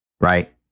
right